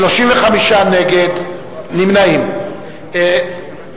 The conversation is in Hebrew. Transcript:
35 נגד, נמנעים, אין.